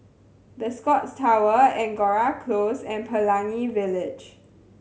The Scotts Tower Angora Close and Pelangi Village